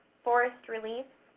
forest re-leaf,